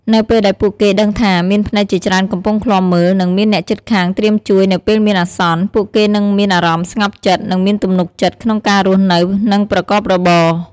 នៅពេលដែលពួកគេដឹងថា មានភ្នែកជាច្រើនកំពុងឃ្លាំមើល និងមានអ្នកជិតខាងត្រៀមជួយនៅពេលមានអាសន្ន ពួកគេនឹងមានអារម្មណ៍ស្ងប់ចិត្ត និងមានទំនុកចិត្តក្នុងការរស់នៅ និងប្រកបរបរ។